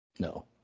No